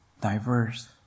diverse